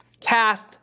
cast